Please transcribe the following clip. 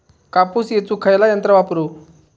कापूस येचुक खयला यंत्र वापरू?